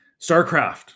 Starcraft